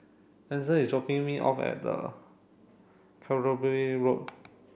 Edson is dropping me off at the Canterbury Road